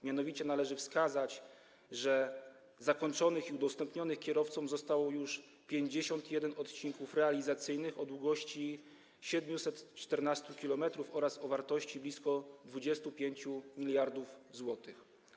Mianowicie należy wskazać, że zakończonych i udostępnionych kierowcom zostało już 51 odcinków realizacyjnych o długości 714 km oraz o wartości blisko 25 mld zł.